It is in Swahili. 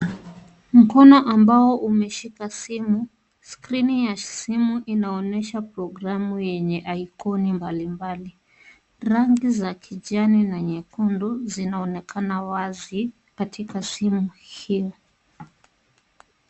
Mkono ambao umeshika simu. skrini ya simu inaonyesha programu yenye icon mbalimbali. Rangi za kijani na nyekundu zinaonekana wazi katika simu hiyo.